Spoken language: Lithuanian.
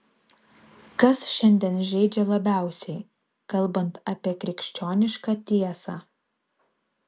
kas šiandien žeidžia labiausiai kalbant apie krikščionišką tiesą